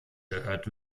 gehört